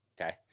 okay